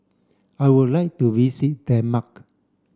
I would like to visit Denmark